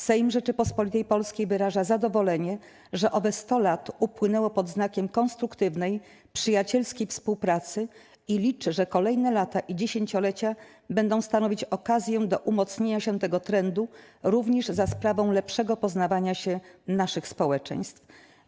Sejm Rzeczypospolitej Polskiej wyraża zadowolenie, że owe 100 lat upłynęło pod znakiem konstruktywnej, przyjacielskiej współpracy, i liczy, że kolejne lata i dziesięciolecia będą stanowić okazję do umocnienia się tego trendu, również za sprawą lepszego poznawania się naszych społeczeństw.